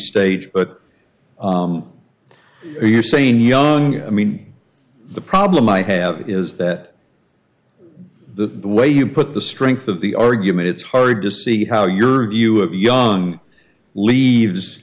stage but you're saying young i mean the problem i have is that the way you put the strength of the argument it's hard to see how your view of young leaves